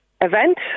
event